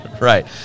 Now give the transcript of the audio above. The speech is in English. Right